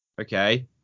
okay